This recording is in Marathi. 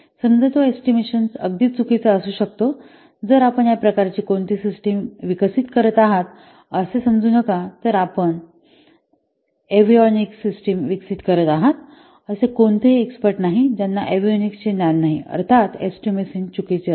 समजा तो एस्टिमेशन अगदीच चुकीचा असू शकतो जर आपण या प्रकारची कोणती सिस्टम विकसित करत आहात असे समजू नका तर आपण एव्हिओनिक्स सिस्टम विकसित करीत आहात आणि असे कोणतेही एक्स्पर्ट नाही ज्यांना एव्हियनिक्स चे ज्ञान नाही अर्थात एस्टिमेशन चुकीचे असतील